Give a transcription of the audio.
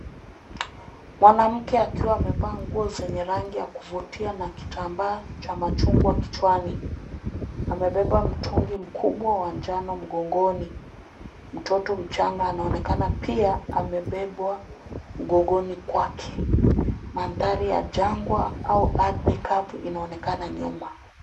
Mwanamke akiwa amevaa nguo zenye rangi ya kuvutia na kitambaa cha machungwa kichwani. Amebeba mtungi mkubwa wa njano mgongoni. Mtoto mchanga anaonekana pia amebebwa mgongoni kwake. Mandhari ya jangwa au ardhi kavu inaonekana nyuma.